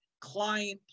client